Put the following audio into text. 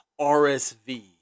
RSV